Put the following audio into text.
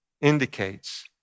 indicates